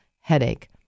headache